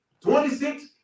twenty-six